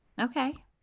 Okay